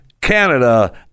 Canada